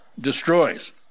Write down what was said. destroys